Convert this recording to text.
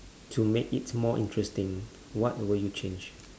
to make it more interesting what would you change